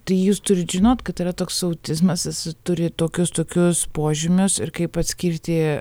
tai jūs turit žinot kad yra toks autizmas jis turi tokius tokius požymius ir kaip atskirti